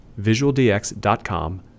visualdx.com